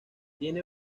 tiene